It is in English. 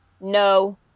No